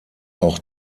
auch